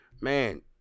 Man